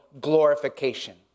glorification